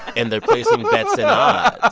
and they're placing bets yeah ah